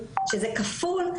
שזה כפול,